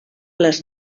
les